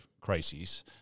crises